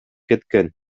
кеткен